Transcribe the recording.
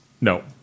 No